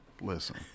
listen